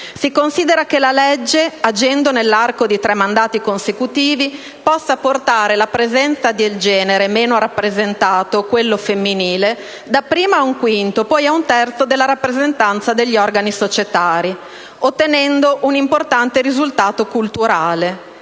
Si considera che la legge, agendo nell'arco di tre mandati consecutivi, possa portare la presenza del genere meno rappresentato (quello femminile) dapprima ad un quinto, poi ad un terzo della rappresentanza degli organi societari, ottenendo un importante risultato culturale